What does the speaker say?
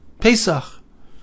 Pesach